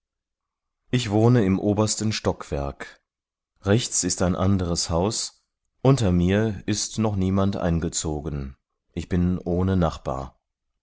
ich wohne im obersten stockwerk rechts ist ein anderes haus unter mir ist noch niemand eingezogen ich bin ohne nachbar